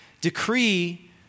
decree